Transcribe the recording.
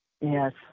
yes